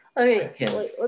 Okay